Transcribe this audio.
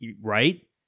Right